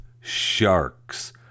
sharks